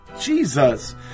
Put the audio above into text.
jesus